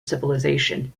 civilization